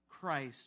Christ